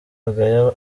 agaya